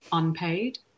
unpaid